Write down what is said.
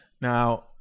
now